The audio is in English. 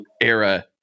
era